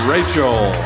Rachel